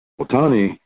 Otani